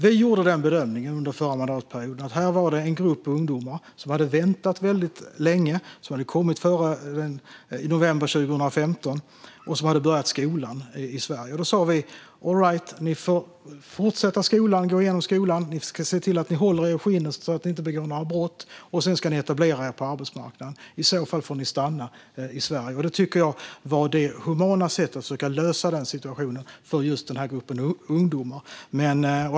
Vi gjorde bedömningen under förra mandatperioden att här var det en grupp ungdomar som hade väntat väldigt länge. De hade kommit i november 2015 och hade börjat skolan i Sverige. Då sa vi: All right, ni får fortsätta gå i skolan, och ni ska se till att ni håller er skinnet och inte begår några brott, och sedan ska ni etablera er på arbetsmarknaden. I så fall får ni stanna i Sverige. Det tycker jag var det humana sättet att försöka lösa situationen för just den här gruppen ungdomar.